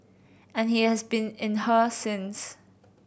and he has been in her since